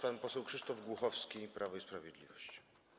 Pan poseł Krzysztof Głuchowski, Prawo i Sprawiedliwość.